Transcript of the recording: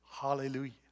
Hallelujah